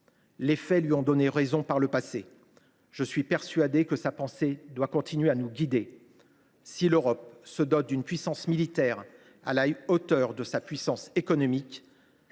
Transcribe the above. Les faits lui ont donné raison par le passé. Je suis persuadé que sa pensée doit continuer à nous guider, mes chers collègues. Si l’Europe se dote d’une puissance militaire à la hauteur de sa puissance économique,